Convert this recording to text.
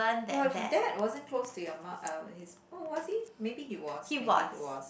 your dad wasn't close to your mu~ uh his oh was he maybe he was maybe he was